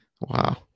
Wow